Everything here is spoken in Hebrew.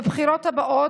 בבחירות הבאות,